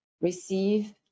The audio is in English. receive